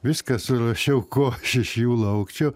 viską surašiau ko aš iš jų laukčiau